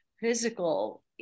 physical